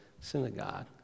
synagogue